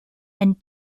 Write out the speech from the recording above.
and